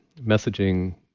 messaging